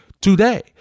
today